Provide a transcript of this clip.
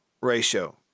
ratio